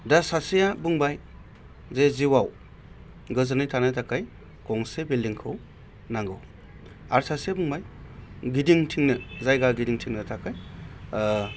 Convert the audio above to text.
दा सासेया बुंबाय जे जिउआव गोजोनै थानो थाखाय गंसे बिल्दिंखौ नांगौ आरो सासे बुंबाय गिदिंथिंनो जायगा गिदिंथिंनो थाखाय